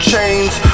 chains